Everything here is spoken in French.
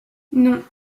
non